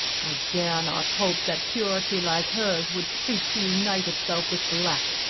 i dare not hope that purity like her's would stoop to unite itself with black,